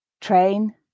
Train